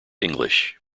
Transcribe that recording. english